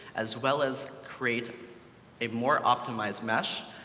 as well as create a more optimized mesh,